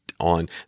on